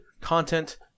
content